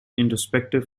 introspective